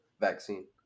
vaccine